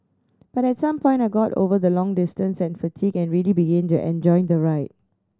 but at some point I got over the long distance and fatigue and really began to enjoy the ride